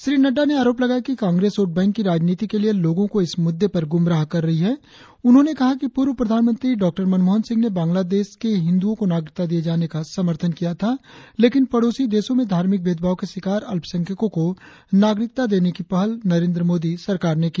श्री नड्डा ने आरोप लगाया कि कांग्रेस वोट बैंक की राजनीति के लिए लोगो को इस मुद्दे पर गुमराह कर रही है ष उन्होंने कहा कि पूर्व प्रधानमंत्री डॉक्टर मनमोहन सिंह ने बांग्लादेश के हिंदुओं को नागरिकता दिए जाने का समर्थन किया था लेकिन पड़ोसी देशों में धार्मिक भेदभाव के शिकार अल्पसंख्यको को नागरिकता देने की पहल नरेंद्र मोदी सरकार ने की